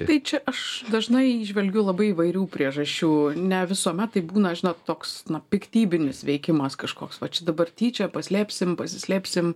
tai čia aš dažnai įžvelgiu labai įvairių priežasčių ne visuomet tai būna žinok toks na piktybinis veikimas kažkoks va čia dabar tyčia paslėpsim pasislėpsim